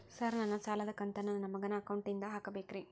Sir ನನ್ನ ಸಾಲದ ಕಂತನ್ನು ನನ್ನ ಮಗನ ಅಕೌಂಟ್ ನಿಂದ ಹಾಕಬೇಕ್ರಿ?